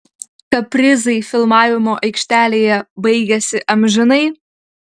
kaprizai filmavimo aikštelėje baigėsi amžinai